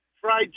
Fried